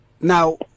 Now